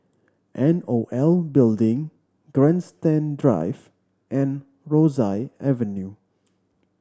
N O L Building Grandstand Drive and Rosyth Avenue